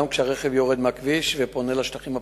גם כשהרכב יורד מהכביש ופונה לשטחים הפתוחים.